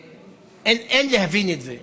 אין להבין את זה.